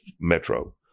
Metro